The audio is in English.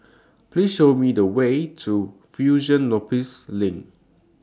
Please Show Me The Way to Fusionopolis LINK